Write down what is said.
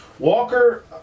Walker